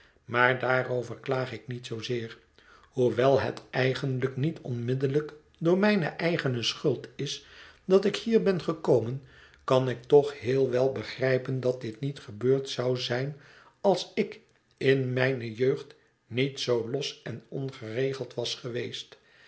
maar daarover klaag ik niet zoozeer hoewel het eigenlijk niet onmiddellijk door mijne eigene schuld is dat ik hier ben gekomen kan ik toch heel wel begrijpen dat dit niet gebeurd zou zijn als ik in mijne jeugd niet zoo los en ongeregeld was geweest